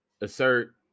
assert